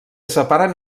separen